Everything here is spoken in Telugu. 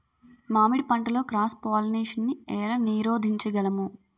మామిడి పంటలో క్రాస్ పోలినేషన్ నీ ఏల నీరోధించగలము?